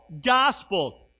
gospel